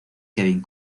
kevin